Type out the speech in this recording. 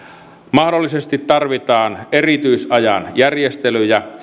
mahdollisesti tarvitaan erityisajan järjestelyjä